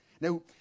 Now